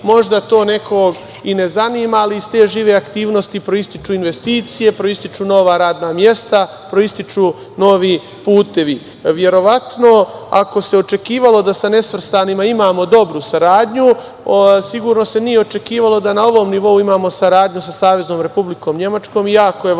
možda to nekog i ne zanima, proističu investicije, proističu nova radna mesta, proističu novi putevi. Ako se očekivalo da sa nesvrstanima imamo dobru saradnju, sigurno se nije očekivalo da na ovom nivou imamo saradnju sa Saveznom Republikom Nemačkom i jako je važno